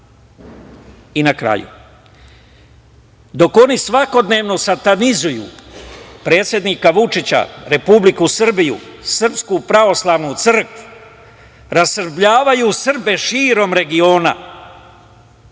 na kraju, dok oni svakodnevno satanizuju predsednika Vučića, Republiku Srbiju, SPC, rasrbljavaju Srbe širom regiona,